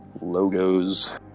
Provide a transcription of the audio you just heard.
logos